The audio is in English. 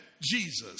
Jesus